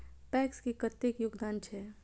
PACS के कतेक योगदान छै?